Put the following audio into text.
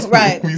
right